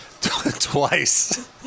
Twice